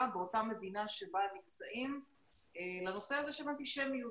באותה מדינה בה נמצאים לנושא הזה של אנטישמיות.